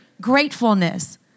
gratefulness